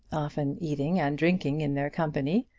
often eating and drinking in their company,